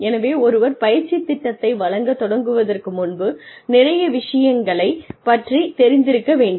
எனவே ஒருவர் பயிற்சித் திட்டத்தை வழங்கத் தொடங்குவதற்கு முன்பு நிறைய விஷயங்களைப் பற்றி சிந்திக்க வேண்டும்